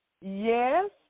Yes